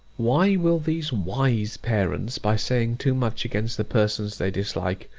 why will these wise parents, by saying too much against the persons they dislike,